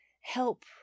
help